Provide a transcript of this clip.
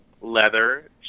Leather